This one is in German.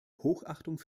hochachtung